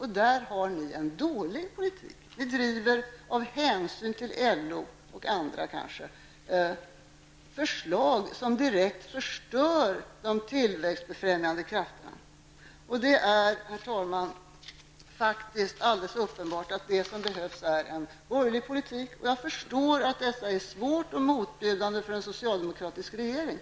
I det avseendet har ni en dålig politik. Av hänsyn till kanske LO och andra driver ni förslag som direkt förstör de tillväxtbefrämjande krafterna. Det är, herr talman, faktiskt alldeles uppenbart att det som behövs är en borgerlig politik. Jag förstår att det är svårt och motbjudande för en socialdemokratisk regering.